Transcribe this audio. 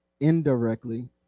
indirectly